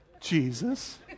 Jesus